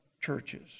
churches